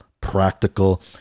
practical